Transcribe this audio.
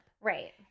Right